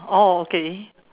oh okay